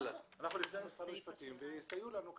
אנחנו נפנה למשרד המשפטים שיסייע לנו.